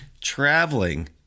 traveling